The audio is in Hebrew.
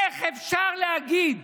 איך אפשר להגיד?